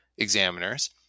examiners